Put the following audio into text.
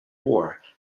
war